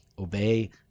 Obey